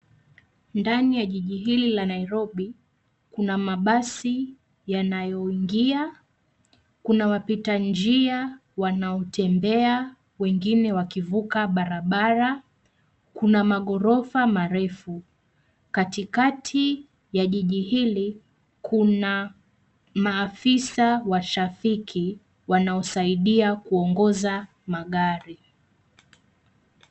Ndani ya jiji hili la Nairobi, kuna mabasi yanayoingia, kuna wapita njia wanaotembea wengine wakivuka barabara, kuna magorofa marefu. Katikati ya jiji hili, kuna maafisa wa trafiki wanaosaidia kuongoza magari.